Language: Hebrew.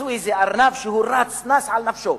ראו איזה ארנב רץ, נס על נפשו,